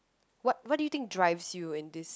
what what do you think drives you in this